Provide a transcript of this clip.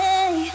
Hey